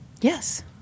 Yes